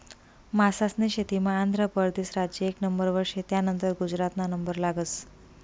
मासास्नी शेतीमा आंध्र परदेस राज्य एक नंबरवर शे, त्यानंतर गुजरातना नंबर लागस